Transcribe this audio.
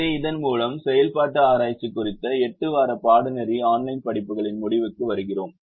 எனவே இதன் மூலம் செயல்பாட்டு ஆராய்ச்சி குறித்த எட்டு வார பாடநெறி ஆன்லைன் படிப்புகளின் முடிவுக்கு வருகிறோம்